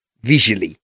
visually